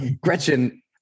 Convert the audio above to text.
Gretchen